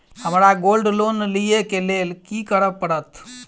हमरा gold loan लिय केँ लेल की करऽ पड़त?